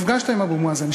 נפגשת עם אבו מאזן,